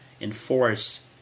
enforce